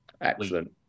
Excellent